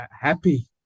happy